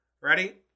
Ready